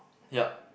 ya